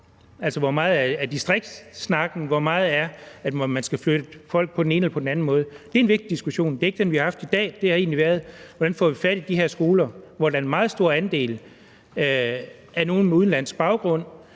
skyld. Hvor meget er distriktssnak, hvor meget er snak om, at man skal flytte folk på den ene eller den anden måde? Det er en vigtig diskussion; det er ikke den, vi har haft i dag. Det har egentlig været, hvordan vi får fat i de her skoler, hvor der er en meget stor andel af elever med udenlandsk baggrund,